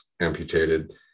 amputated